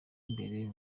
imbere